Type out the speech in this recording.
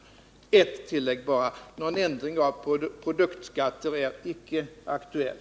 Till detta vill jag göra ett tillägg: Någon ändring av produktskatten är icke aktuell.